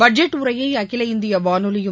budget உரையை அகில இந்திய வானொலியும்